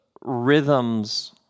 rhythms